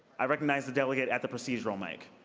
i recognize the delegate at the procedural mic.